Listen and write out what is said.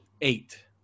eight